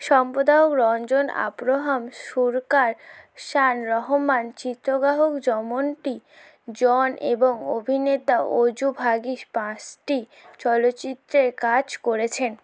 সম্প্রদায়ক রঞ্জন আব্রাহাম সুরকার শান রহমান চিত্রগ্রাহক জমন টি জন এবং অভিনেতা আজু ভার্গিস পাঁচটি চলচ্চিত্রের কাজ করেছেন